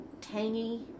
tangy